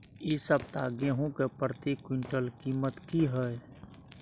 इ सप्ताह गेहूं के प्रति क्विंटल कीमत की हय?